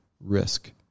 risk